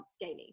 daily